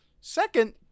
Second